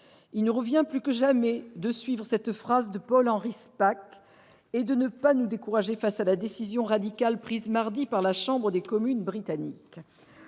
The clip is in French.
Il nous revient plus que jamais de suivre cette phrase de Paul-Henri Spaak et de ne pas nous décourager face à la décision radicale prise mardi par la Chambre des communes britannique.